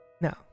No